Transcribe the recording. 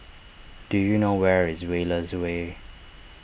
do you know where is Wallace Way